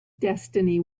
destiny